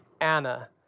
Anna